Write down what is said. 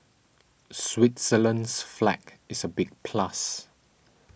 Switzerland's flag is a big plus